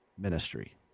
ministry